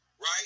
right